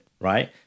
Right